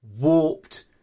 warped